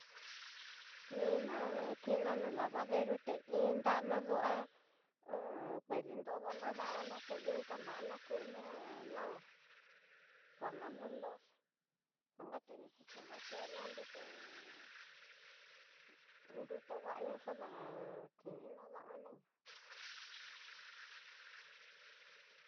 Nina na kina ná lavadero té inda duá un kuedentodoná damana te inganrana kuna nama kuana nunroxi tadaken xadakena nruté nruté nguayó xana kininá damana.